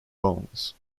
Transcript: bones